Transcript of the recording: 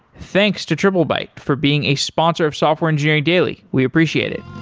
thanks to triplebyte for being a sponsor of software engineering daily. we appreciate it